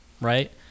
right